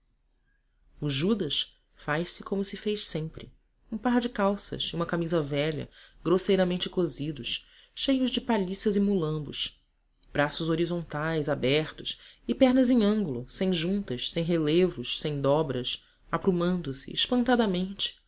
o judas faz-se como se fez sempre um par de calças e uma camisa velha grosseiramente cosidos cheios de palhiças e mulambos braços horizontais abertos e pernas em ângulo sem juntas sem relevos sem dobras aprumando se